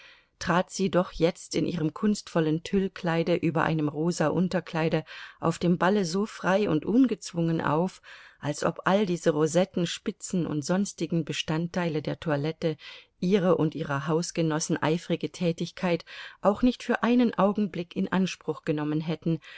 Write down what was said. trat sie doch jetzt in ihrem kunstvollen tüllkleide über einem rosa unterkleide auf dem balle so frei und ungezwungen auf als ob all diese rosetten spitzen und sonstigen bestandteile der toilette ihre und ihrer hausgenossen eifrige tätigkeit auch nicht für einen augenblick in anspruch genommen hätten